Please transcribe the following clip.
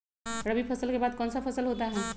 रवि फसल के बाद कौन सा फसल होता है?